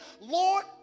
Lord